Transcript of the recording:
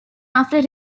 after